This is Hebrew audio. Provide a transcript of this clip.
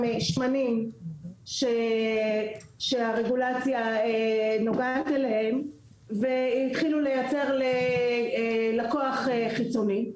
שמנים שהרגולציה נוגעת אליהם והתחילו לייצר ללקוח חיצוני,